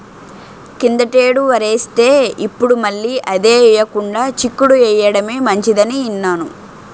కిందటేడు వరేస్తే, ఇప్పుడు మళ్ళీ అదే ఎయ్యకుండా చిక్కుడు ఎయ్యడమే మంచిదని ఇన్నాను